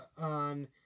on